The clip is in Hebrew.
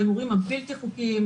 הבלתי חוקיים.